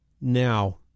Now